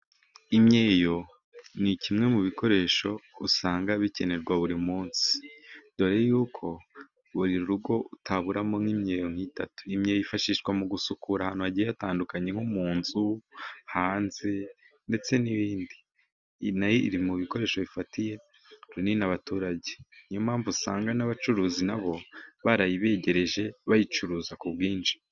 Imyeyo ni kimwe mu bikoresho usanga bikenerwa buri munsi, dore yuko buri rugo utaburamo imyeyo nk'itatu. Imwe yifashishwa mu gusukura ahantu hatandukanye nko mu nzu, hanze, ndetse n'ibindi. Nayo iri mu bikoresho bifatiye runini abaturage niyo mpamvu usanga n'abacuruzi nabo barayibegereje bayicuruza ku bwinshi.